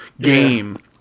game